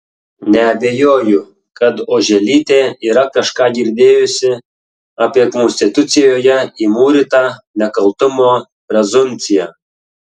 neabejoju kad oželytė yra kažką girdėjusi apie konstitucijoje įmūrytą nekaltumo prezumpciją